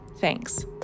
thanks